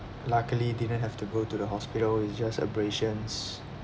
luckily didn't have to go to the hospital it's just abrasions